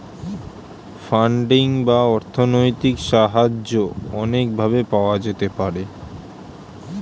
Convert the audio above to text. funding বা অর্থনৈতিক সাহায্য অনেক ভাবে পাওয়া যেতে পারে